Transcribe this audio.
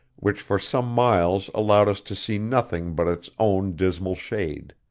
which for some miles allowed us to see nothing but its own dismal shade.